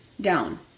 down